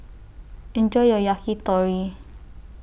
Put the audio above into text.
Enjoy your Yakitori